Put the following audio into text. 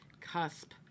cusp